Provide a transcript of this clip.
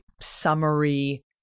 summary